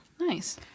Nice